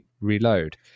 Reload